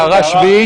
ההערה השביעית?